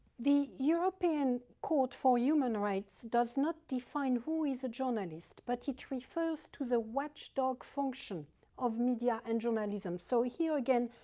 the european court for human rights does not define who is a journalist, but it refers to the watchdog function of media and journalism, so here again,